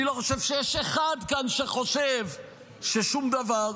אני לא חושב שיש אחד כאן שחושב ששום דבר,